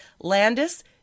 Landis